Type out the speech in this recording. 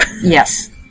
Yes